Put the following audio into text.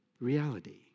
reality